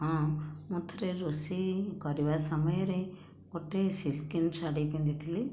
ହଁ ମୁଁ ଥରେ ରୋଷେଇ କରିବା ସମୟରେ ଗୋଟିଏ ସିଲକିନ୍ ଶାଢ଼ୀ ପିନ୍ଧିଥିଲି